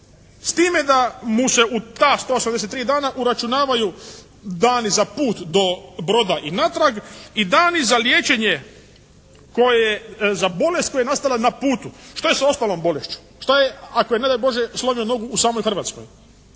s time da mu se u ta 183 dana uračunavaju dani za put do broda i natrag i dani za liječenje koje za bolest koja je nastala na putu. Što je sa ostalom bolešću? Što je ako je ne daj Bože slomio nogu u samoj Hrvatskoj?